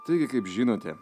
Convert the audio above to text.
taigi kaip žinote